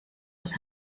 was